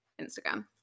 Instagram